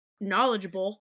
knowledgeable